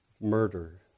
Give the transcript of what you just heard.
murder